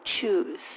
choose